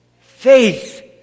faith